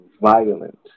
violent